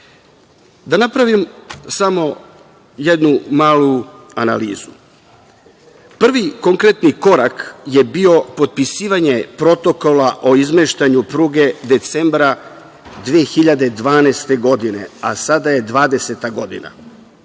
vlast. Napraviću samo jednu malu analizu. Prvi konkretni korak je bio potpisivanje Protokola o izmeštanju pruge decembra 2012. godine, a sada je 2020. godina,